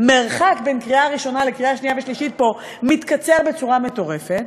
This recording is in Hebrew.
המרחק בין קריאה ראשונה לקריאה שנייה ושלישית מתקצר פה בצורה מטורפת,